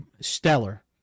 Stellar